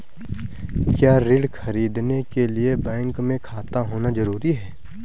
क्या ऋण ख़रीदने के लिए बैंक में खाता होना जरूरी है?